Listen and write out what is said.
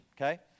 okay